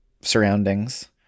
surroundings